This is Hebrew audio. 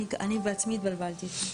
אני בעצמי התבלבלתי.